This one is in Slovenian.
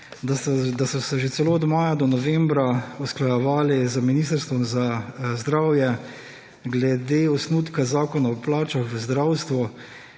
da so se že celo od maja do novembra usklajevali z Ministrstvom za zdravje glede osnutka Zakona o plačah v zdravstvu.